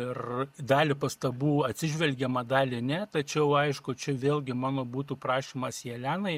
ir dalį pastabų atsižvelgiama dalį ne tačiau aišku čia vėlgi mano būtų prašymas jelenai